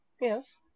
Yes